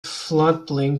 floodplain